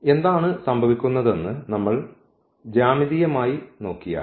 എന്താണ് സംഭവിക്കുന്നതെന്ന് നമ്മൾ ജ്യാമിതീയമായി നോക്കിയാൽ